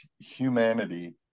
humanity